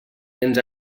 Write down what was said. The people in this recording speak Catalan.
ens